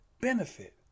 benefit